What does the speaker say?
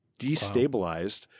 destabilized